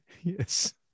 yes